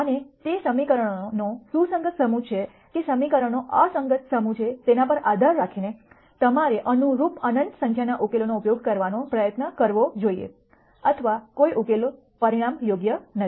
અને તે સમીકરણનો સુસંગત સમૂહ છે કે સમીકરણનો અસંગત સમૂહ છે તેના પર આધાર રાખીને તમારે અનુરૂપ અનંત સંખ્યાના ઉકેલોનો ઉપયોગ કરવાનો પ્રયત્ન કરવો જોઇએ અથવા કોઈ ઉકેલો પરિણામ યોગ્ય નથી